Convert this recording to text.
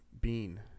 bean